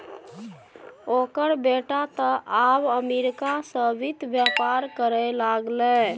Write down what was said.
ओकर बेटा तँ आब अमरीका सँ वित्त बेपार करय लागलै